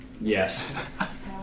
Yes